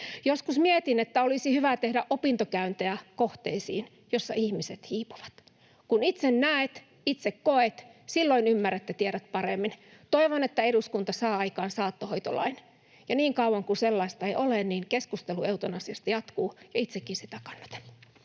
Joskus mietin, että olisi hyvä tehdä opintokäyntejä kohteisiin, joissa ihmiset hiipuvat. Kun itse näet, itse koet, silloin ymmärrät ja tiedät paremmin. Toivon, että eduskunta saa aikaan saattohoitolain, ja niin kauan kuin sellaista ei ole, niin keskustelu eutanasiasta jatkuu, ja itsekin sitä kannatan.